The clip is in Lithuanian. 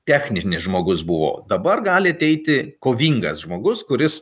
techninis žmogus buvo dabar gali ateiti kovingas žmogus kuris